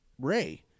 Ray